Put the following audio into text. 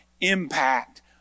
impact